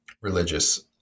religious